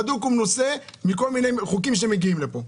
זה בדוק ומנוסה, מכל מיני חוקים שמגיעים לפה.